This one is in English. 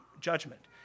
judgment